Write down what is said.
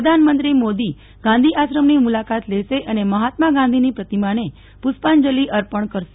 પ્રધાનમંત્રી મોદી ગાંધી આશ્રમની મુલાકાત લેશે અને મહાત્મા ગાંધીની પ્રતિમાને પુષ્પાંજલિ અર્પણ કરશે